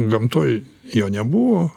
gamtoj jo nebuvo